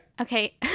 Okay